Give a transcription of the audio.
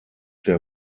der